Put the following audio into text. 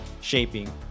shaping